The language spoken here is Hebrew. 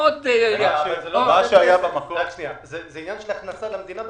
זה עניין של הכנסה למדינה בכלל.